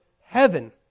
heaven